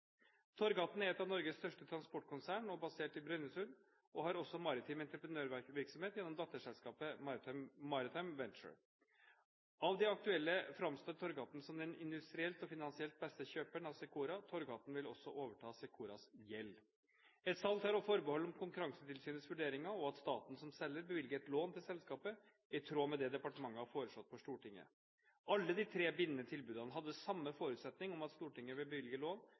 Torghatten er et av Norges største transportkonsern og basert i Brønnøysund og har også maritim entreprenørvirksomhet gjennom datterselskapet Maritime Venture. Av de aktuelle framstår Torghatten som den industrielt og finansielt beste kjøperen av Secora. Torghatten vil også overta Secoras gjeld. Et salg tar forbehold om Konkurransetilsynets vurderinger, og at staten som selger bevilger et lån til selskapet i tråd med det departementet har foreslått for Stortinget. Alle de tre bindende tilbudene hadde samme forutsetning om at Stortinget bevilger lån til selskapet. Departementet fremmet proposisjonen om å bevilge